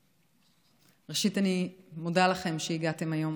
ראשית, אני מודה לכם שהגעתם היום